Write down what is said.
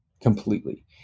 completely